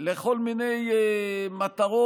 לכל מיני מטרות,